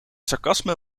sarcasme